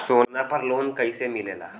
सोना पर loan कइसे मिलेला?